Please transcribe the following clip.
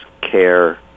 care